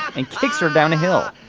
and kicks her down a hill.